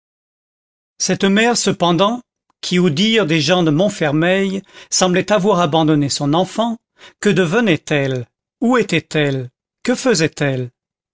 cette mère cependant qui au dire des gens de montfermeil semblait avoir abandonné son enfant que devenait elle où était-elle que